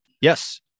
Yes